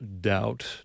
doubt